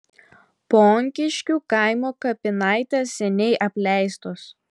ponkiškių kaimo kapinaitės seniai apleistos